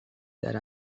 that